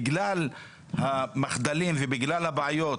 בגלל המחדלים ובגלל הבעיות,